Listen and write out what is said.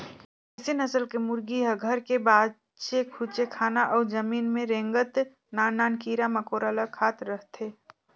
देसी नसल के मुरगी ह घर के बाचे खुचे खाना अउ जमीन में रेंगत नान नान कीरा मकोरा ल खात रहथे